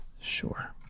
sure